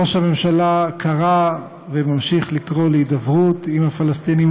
ראש הממשלה קרא וממשיך לקרוא להידברות עם הפלסטינים.